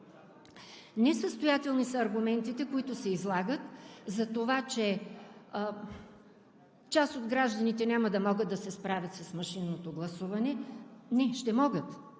Несъстоятелни са аргументите, които се излагат за това, че част от гражданите няма да могат да се справят с машинното гласуване. Не, ще могат.